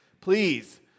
please